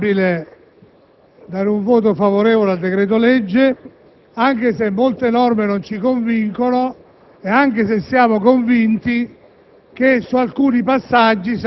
Signor Presidente, questo decreto‑legge è stato emanato sulla base di un'intesa sull'*election* *day*.